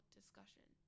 Discussion